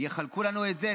יחלקו לנו את זה,